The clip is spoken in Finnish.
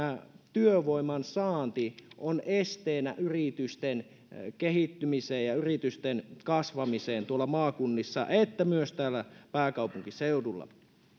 työvoiman saanti on esteenä yritysten kehittymiselle ja yritysten kasvamiselle sekä tuolla maakunnissa että täällä pääkaupunkiseudulla